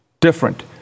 different